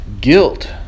guilt